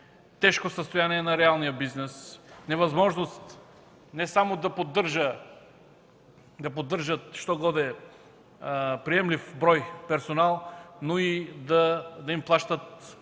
тежко състояние на реалния бизнес, невъзможност не само да поддържа що-годе приемлив брой персонал, но и да плаща